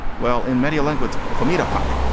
well, in many languages. komeito pork.